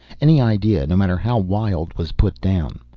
any idea, no matter how wild, was put down.